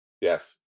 Yes